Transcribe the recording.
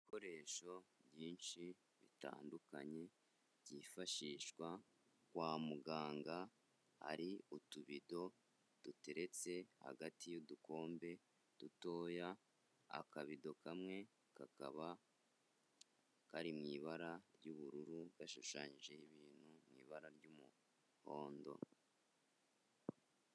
Ibikoresho byinshi bitandukanye byifashishwa kwa muganga, hari utubido duteretse hagati y'udukombe dutoya, akabido kamwe kakaba kari mu ibara ry'ubururu gashushanyije ibintu mu ibara ry'umuhondo.